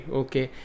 okay